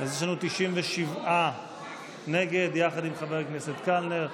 אז יש לנו 97 נגד יחד עם חבר הכנסת קלנר,